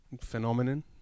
Phenomenon